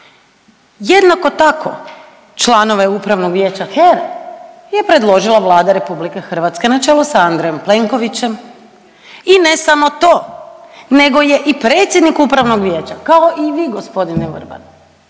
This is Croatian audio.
Jednako tako, članove Upravnog vijeća HERA-e je predložila Vlada RH na čelu sa Andrejem Plenkovićem i ne samo to nego je i predsjednik Upravnog vijeća, kao i vi, g. Vrban